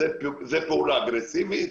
זו פעולה אגרסיבית?